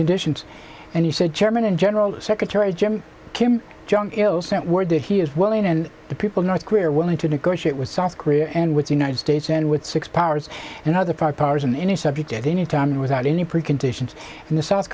preconditions and he said chairman and general secretary jim kim jong il sent word that he is willing and the people north korea willing to negotiate with south korea and with the united states and with six powers and other part powers on any subject at any time and without any preconditions and the south